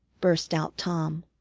burst out tom.